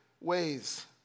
ways